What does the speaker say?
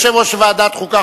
יושב-ראש ועדת החוקה,